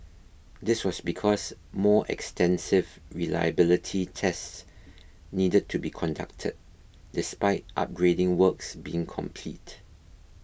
this was because more extensive reliability tests needed to be conducted despite upgrading works being complete